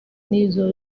nizo